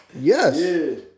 Yes